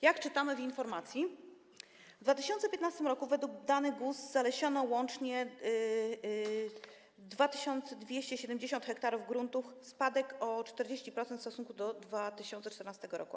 Jak czytamy w informacji: W 2015 r. według danych GUS zalesiono łącznie 2270 ha gruntów (spadek o 40% w stosunku do 2014 r.